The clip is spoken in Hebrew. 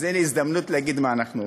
אז הנה הזדמנות להגיד מה אנחנו עושים.